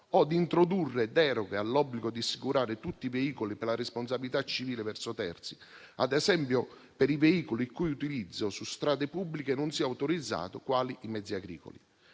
o ad introdurre deroghe all'obbligo di assicurare tutti i veicoli per la responsabilità civile verso terzi, ad esempio per i veicoli il cui utilizzo su strade pubbliche non sia autorizzato, quali i mezzi agricoli.